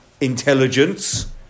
intelligence